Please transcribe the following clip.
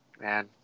Man